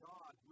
God